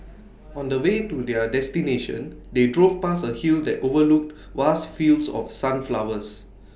on the way to their destination they drove past A hill that overlooked vast fields of sunflowers